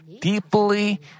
deeply